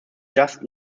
just